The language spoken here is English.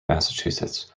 massachusetts